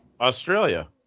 Australia